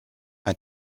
ein